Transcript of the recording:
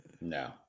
No